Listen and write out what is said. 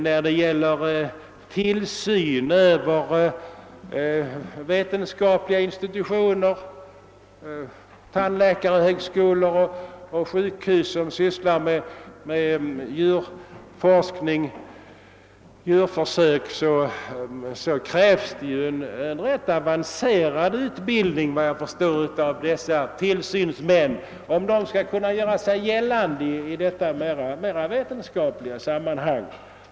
När det gäller tillsyn över vetenskapliga institutioner — tandläkarhögskolor, sjukhus osv. — som sysslar med djurförsök krävs en rätt avancerad utbildning, om tillsynsmännen skall kunna göra sig gällande i detta mera vetenskapliga sammanhang.